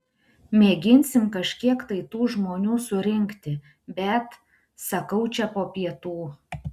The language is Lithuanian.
mėginsim kažkiek tai tų žmonių surinkti bet sakau čia po pietų